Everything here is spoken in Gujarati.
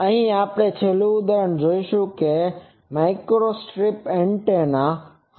હવે આપણે છેલ્લું ઉદાહરણ જોશું જે માઇક્રોસ્ટ્રિપ એન્ટેના હશે